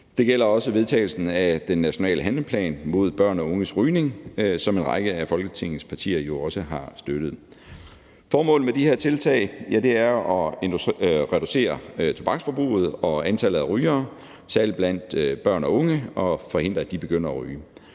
Det gælder også vedtagelsen af den nationale handleplan mod børn og unges rygning, som en række af Folketingets partier jo også har støttet. Formålet med de her tiltag er at reducere tobaksforbruget og antallet af rygere, særlig blandt børn og unge, og forhindre, at de begynder at ryge.